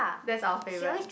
that's our favourite